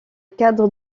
cadre